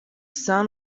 sun